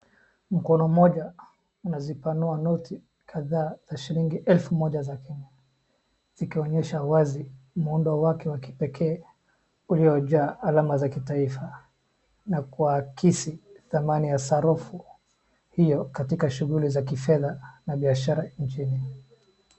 Mkono mmoja unazipanua noti kadhaa za shilingi elfu moja za Kenya zikionyesha wazi muundo wake wa kipekee uliojaa alama za kitaifa na kuakisi dhamani ya sarufu hiyo katika shughuli za kifedha na biashara nchini.